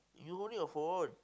you holding your phone